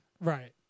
Right